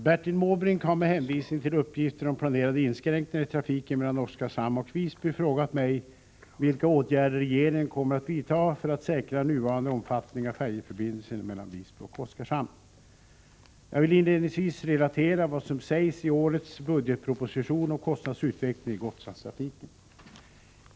Herr talman! Bertil Måbrink har med hänvisning till uppgifter om planerade inskränkningar i trafiken mellan Oskarshamn och Visby frågat mig vilka åtgärder regeringen kommer att vidta för att säkra nuvarande omfattning av färjeförbindelserna mellan Visby och Oskarshamn. Jag vill inledningsvis relatera vad som sägs i årets budgetproposition om kostnadsutvecklingen i Gotlandstrafiken.